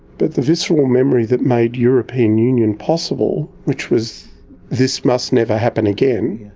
but the visceral memory that made european union possible, which was this must never happen again,